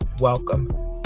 welcome